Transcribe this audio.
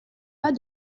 pas